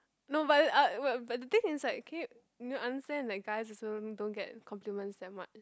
no but I will but the thing is like can understand like guys also don't get compliment that much